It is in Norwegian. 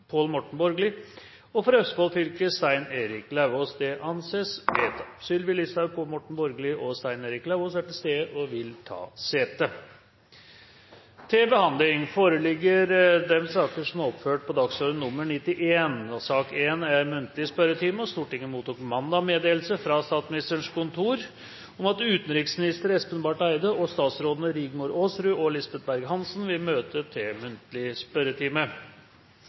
Pål Morten Borgli For Østfold fylke: Stein Erik Lauvås Sylvi Listhaug, Pål Morten Borgli og Stein Erik Lauvås er til stede og vil ta sete. Stortinget mottok mandag meddelelse fra Statsministerens kontor om at utenriksminister Espen Barth Eide og statsrådene Rigmor Aasrud og Lisbeth Berg-Hansen vil møte til muntlig spørretime.